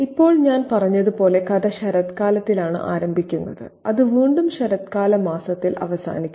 ഇപ്പോൾ ഞാൻ പറഞ്ഞതുപോലെ കഥ ശരത്കാലത്തിലാണ് ആരംഭിക്കുന്നത് അത് വീണ്ടും ശരത്കാല മാസത്തിൽ അവസാനിക്കുന്നു